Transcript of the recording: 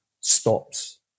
stops